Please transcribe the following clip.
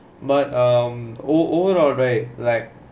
but um overall right like